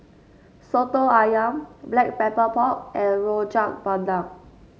Soto ayam Black Pepper Pork and Rojak Bandung